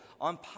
on